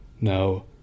Now